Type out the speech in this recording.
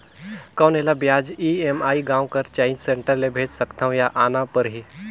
कौन एला ब्याज ई.एम.आई गांव कर चॉइस सेंटर ले भेज सकथव या आना परही?